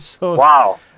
Wow